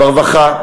ברווחה,